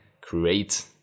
create